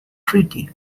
treaty